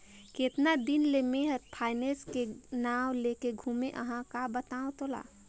केतना दिन ले मे हर फायनेस के नाव लेके घूमें अहाँ का बतावं तोला